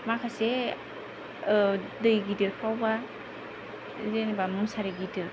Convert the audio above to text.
माखासे दै गिदिरफोरावबा जेनेबा मुसारि गिदिर